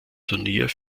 turnier